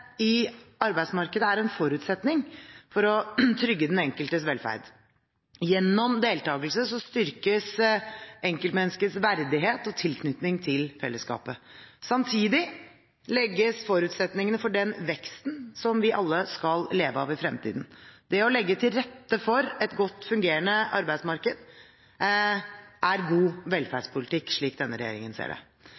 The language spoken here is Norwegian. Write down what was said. i arbeidsmarkedet er en forutsetning for å trygge den enkeltes velferd. Gjennom deltakelse styrkes enkeltmenneskets verdighet og tilknytning til fellesskapet. Samtidig legges forutsetningene for den veksten som vi alle skal leve av i fremtiden. Det å legge til rette for et godt fungerende arbeidsmarked er god